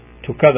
together